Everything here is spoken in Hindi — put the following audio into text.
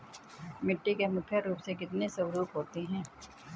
मिट्टी के मुख्य रूप से कितने स्वरूप होते हैं?